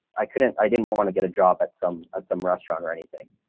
i couldn't i didn't want to get a job at some at some restaurant or anything.